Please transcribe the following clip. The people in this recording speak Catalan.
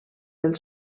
del